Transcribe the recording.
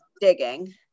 digging